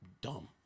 dumb